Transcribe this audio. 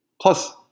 Plus